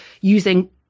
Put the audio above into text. using